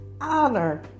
honor